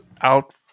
out